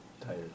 Tired